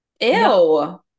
Ew